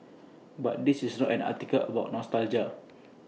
but this is not an article about nostalgia